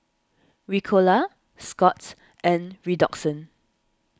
Ricola Scott's and Redoxon